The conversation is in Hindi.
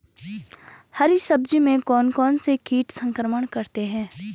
हरी सब्जी में कौन कौन से कीट संक्रमण करते हैं?